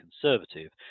conservative